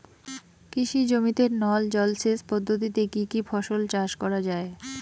কৃষি জমিতে নল জলসেচ পদ্ধতিতে কী কী ফসল চাষ করা য়ায়?